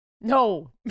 No